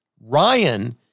Ryan